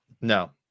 no